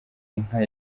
inka